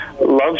love